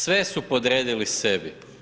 Sve su podredili sebi.